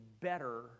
better